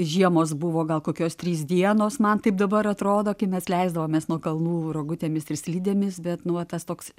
žiemos buvo gal kokios trys dienos man taip dabar atrodo kai mes leisdavomės nuo kalnų rogutėmis ir slidėmis bet nu vat tas toks